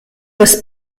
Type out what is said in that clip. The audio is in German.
des